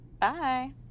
Bye